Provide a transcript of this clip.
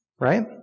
right